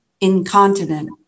incontinent